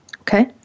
Okay